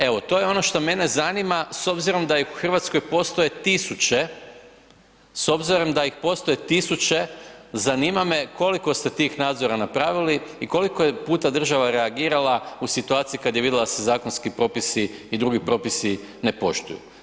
Evo to je ono šta mene zanima s obzirom da ih u Hrvatskoj postoji 1000, s obzirom da ih postoji 1000, zanima me koliko ste tih nadzora napravili i koliko je puta država reagirala u situaciji kad je vidjela da se zakonski propisi i drugi propisi ne poštuju?